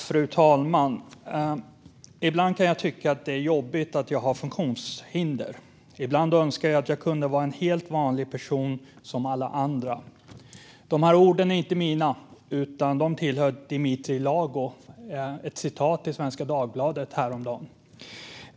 Fru talman! "Ibland kan jag tycka att det är jobbigt att jag har funktionshinder. Ibland önskar jag att jag kunde vara en helt vanlig person som alla andra." De här orden är inte mina. De tillhör Dimitri Lago och är ett citat från Svenska Dagbladet häromdagen.